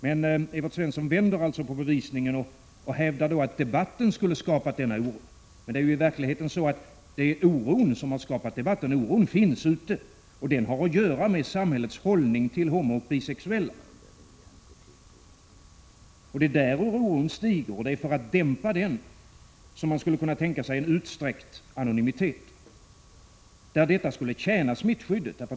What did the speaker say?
Men Evert Svensson vänder alltså på bevisningen och hävdar att debatten skulle ha skapat denna oro. I verkligheten är det denna oro som har skapat debatten. Oron finns ute, och den har att göra med samhällets inställning till homooch bisexuella. Det är där oron stiger, och det är för att dämpa den som man skulle kunna tänka sig en utsträckt anonymitet, som skulle tjäna smittskyddet.